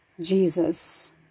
Jesus